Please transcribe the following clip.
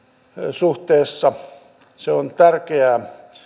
suhteessa tuotantokustannuksiin se on tärkeää